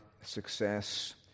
success